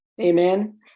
Amen